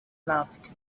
loved